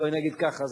בוא נגיד ככה.